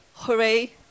Hooray